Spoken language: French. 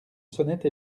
sonnette